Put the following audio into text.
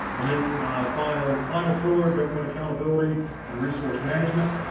and then final final pillar government accountability and resource management.